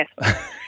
Yes